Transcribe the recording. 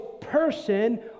person